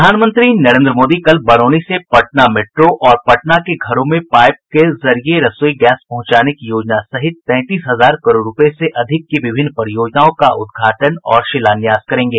प्रधानमंत्री नरेन्द्र मोदी कल बरौनी से पटना मेट्रो और पटना के घरों में पाईप के जरिये रसोई गैस पहुंचाने की योजना सहित तैंतीस हजार करोड़ रूपये से अधिक की विभिन्न परियोजनाओं का उद्घाटन और शिलान्यास करेंगे